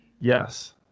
Yes